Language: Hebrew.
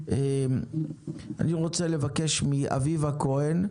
אני רוצה לבקש מאביבה כהן,